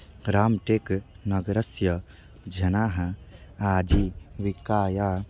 राम्टेक् नगरस्य जनाः आजीविकायाः